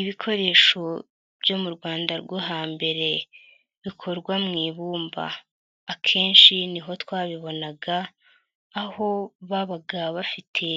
Ibikoresho byo mu Rwanda rwo hambere bikorwa mu ibumba akenshi ni ho twabibonaga aho babaga bafite